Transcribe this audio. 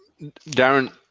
DARREN